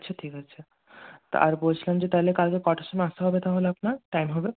আচ্ছা ঠিক আছে আর বলছিলাম যে তাহলে কালকে কটার সময় আসতে হবে তাহলে হবে আপনার টাইম